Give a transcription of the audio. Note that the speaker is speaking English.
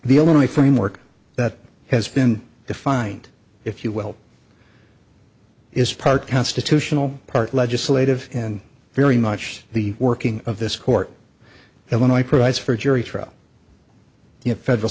only framework that has been defined if you will is part constitutional part legislative and very much the working of this court illinois provides for a jury trial the federal